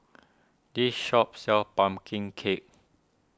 this shop sells Pumpkin Cake